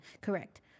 Correct